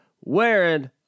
wearing